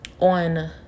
on